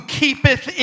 keepeth